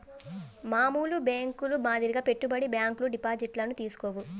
మామూలు బ్యేంకుల మాదిరిగా పెట్టుబడి బ్యాంకులు డిపాజిట్లను తీసుకోవు